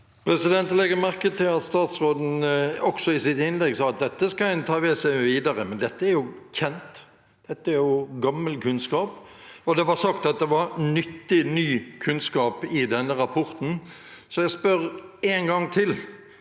Jeg la merke til at statsråden også i sitt innlegg sa at en skal ta med seg dette videre, men dette er jo kjent, dette er gammel kunnskap. Det ble sagt at det var nyttig, ny kunnskap i denne rapporten, så jeg spør en gang til: